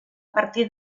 partir